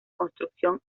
construcción